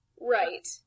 Right